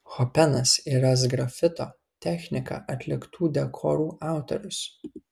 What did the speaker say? hopenas yra sgrafito technika atliktų dekorų autorius